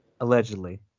Allegedly